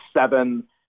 seven